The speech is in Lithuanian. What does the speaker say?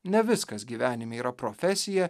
ne viskas gyvenime yra profesija